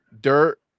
Dirt